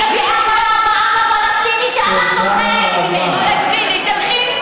בלי הכרה בעם הפלסטיני, פוחד ממנו.